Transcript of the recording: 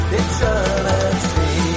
eternity